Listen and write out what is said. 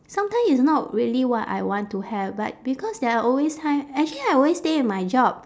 sometimes it's not really what I want to have but because there are always time actually I always stay with my job